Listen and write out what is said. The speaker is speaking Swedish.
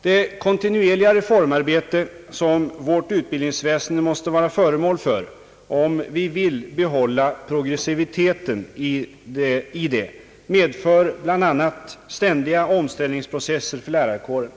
Det kontinuerliga reformarbete som vårt utbildningsväsende måste vara föremål för, såvida vi önskar behålla progressiviteten i det, medför bl.a. ständiga omställningsprocesser för lärarkåren.